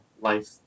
life